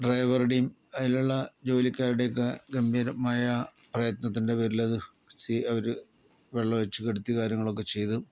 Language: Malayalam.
ഡ്രൈവറുടെയും അതിലുള്ള ജോലിക്കാരുടെയൊക്കെ ഗംഭീരമായ പ്രയത്നത്തിൻ്റെ പേരിലത് സീ അവര് വെള്ളൊഴിച്ച് കെടത്തി കാര്യങ്ങളൊക്കെ ചെയ്ത്